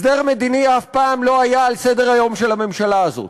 הסדר מדיני אף פעם לא היה על סדר-היום של הממשלה הזאת.